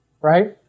right